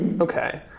Okay